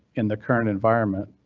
in the current environment,